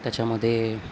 त्याच्यामध्ये